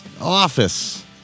office